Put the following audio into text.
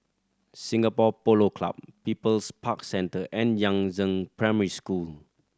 Singapore Polo Club People's Park Centre and Yangzheng Primary School